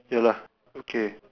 ya lah okay